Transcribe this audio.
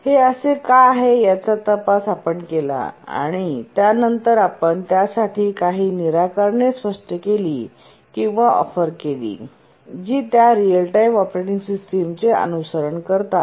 हे असे का आहे याचा तपास आपण केला आणि त्यानंतर आपण त्यासाठी काही निराकरणे स्पष्ट केली किंवा ऑफर केली जी त्या रीअल टाईम ऑपरेटिंग सिस्टम्सचे अनुसरण करतात